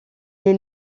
est